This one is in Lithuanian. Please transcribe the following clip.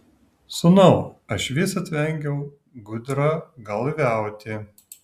sūnau aš visad vengiau gudragalviauti